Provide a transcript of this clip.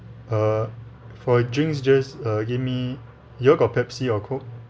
err for drinks just err give me you all got pepsi or coke